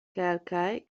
kelkaj